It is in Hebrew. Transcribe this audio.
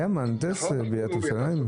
היה מהנדס בעיריית ירושלים.